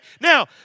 Now